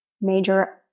major